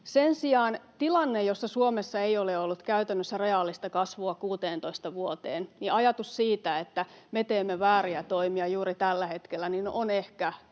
Sen sijaan tilanteessa, jossa Suomessa ei ole ollut käytännössä reaalista kasvua 16 vuoteen, ajatus siitä, että me teemme vääriä toimia juuri tällä hetkellä, on ehkä hieman